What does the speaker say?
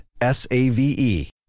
S-A-V-E